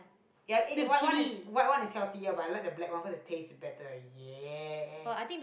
ya egg white one white one is healthier but I like the black one cause it taste better ya